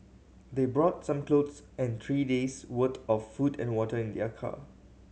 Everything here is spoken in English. they brought some clothes and three days worth of food and water in their car